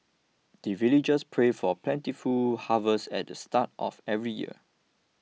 the villagers pray for plentiful harvest at the start of every year